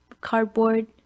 cardboard